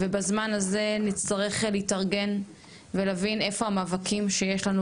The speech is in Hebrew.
בזמן הזה נצטרך להתארגן ולהבין איפה המאבקים שיש לנו,